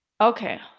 Okay